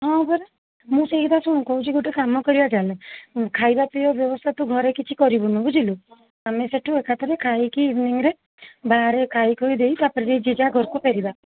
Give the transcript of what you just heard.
ହଁ ପରା ମୁଁ ସେଇକଥା ଶୁଣୁ କହୁଛି ଗୋଟେ କାମ କରିବା ଚାଲେ ଖାଇବା ପିଇବା ବ୍ୟବସ୍ଥା ତୁ ଘରେ କିଛି କରିବୁନୁ ବୁଝିଲୁ ଆମେ ସେଇଠୁ ଏକାଥରେ ଖାଇକି ଇଭିନିଙ୍ଗିରେ ବାହାରେ ଖାଇ ଖୁଇ ଦେଇ ତା'ପରେ ଯେ ଯାହା ଘରକୁ ଫେରିବା